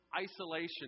isolation